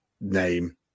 name